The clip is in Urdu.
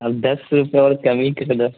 اب دس روپیہ اور کمی کر دو